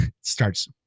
starts